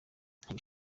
ntewe